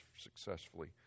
successfully